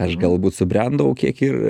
aš galbūt subrendau kiek ir